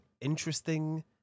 interesting